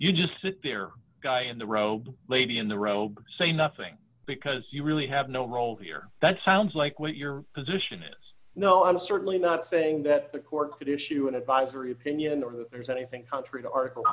you just sit there guy in the robe lady in the robe say nothing because you really have no role here that sounds like what your position is no i'm certainly not saying that the court could issue an advisory opinion or that there's anything contrary to article